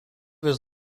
his